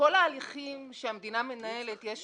בכל ההליכים שהמדינה מנהלת יש